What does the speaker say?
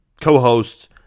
co-hosts